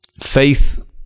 Faith